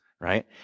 right